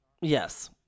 Yes